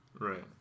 right